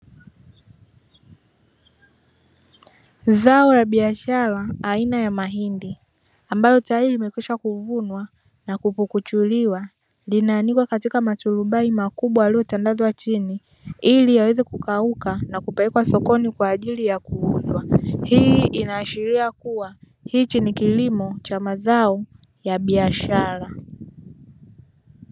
Zao la biashara aina ya mahindi ambayo tayari yamekwisha kuvunwa na kupukuchuliwa, yanaanikwa katika maturubai makubwa yaliyotandazwa chini, ili yaweze kukauka na kupelekwa sokoni kwa ajili ya kuuzwa. Hii inaashiria kuwa, hichi ni kilimo cha mazao ya biashara.